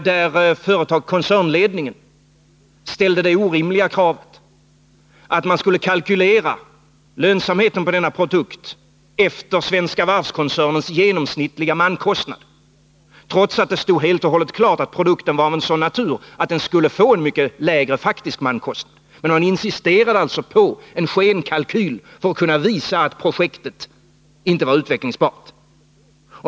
Där ställde koncernledningen det orimliga kravet, att man skulle kalkylera lönsamheten på denna produkt efter Svenska Varvskoncernens genomsnittliga mankostnad, trots att det stod fullt klart att produkten var av en sådan natur att den skulle få en mycket lägre mankostnad. Men man insisterade alltså på en skenkalkyl för att kunna visa att projektet inte var utvecklingsbart.